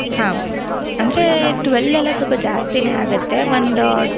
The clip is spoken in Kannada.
ಹಾಂ ಅಂದರೇ ಟ್ವೆಲ್ ಎಲ್ಲ ಸ್ವಲ್ಪ ಜಾಸ್ತಿಯೇ ಆಗುತ್ತೆ ಒಂದು